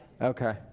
Okay